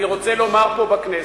אני רוצה לומר פה, בכנסת,